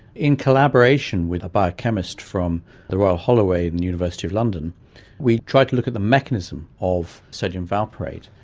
in collaboration with a biochemist from the royal holloway in the and university of london we tried to look at the mechanism of sodium valproate,